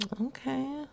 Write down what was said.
Okay